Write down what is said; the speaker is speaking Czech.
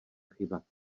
chyba